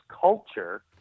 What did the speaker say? culture